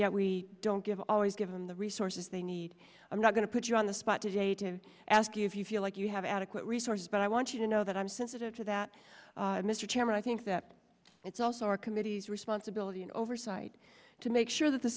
yet we don't give always given the resources they need i'm not going to put you on the spot today to ask you if you feel like you have adequate resources but i want you to know that i'm sensitive to that mr chairman i think that it's also our committee's responsibility and oversight to make sure that the